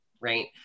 right